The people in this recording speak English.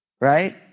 right